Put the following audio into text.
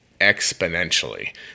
exponentially